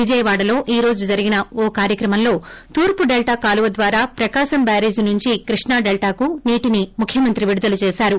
విజయవాడలో ఈ రోజు జరిగిన ఓ కార్యక్రమంలో తూర్పు డెల్టా కాలువ ద్వారా ప్రకాశం బ్యారేజీ నుంచి కృష్ణా డెల్లాకు నీటిని ముఖ్యమంత్రి విడుదల చేశారు